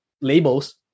labels